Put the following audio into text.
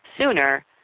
sooner